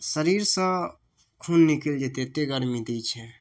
शरीर सऽ खून निकलि जेतै एते गरमी दै छै